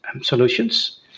solutions